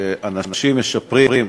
שאנשים משפרים,